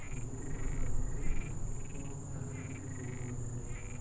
எழுதுபொருட்களுக்கு எப்போது தள்ளுபடி போடுவார்கள்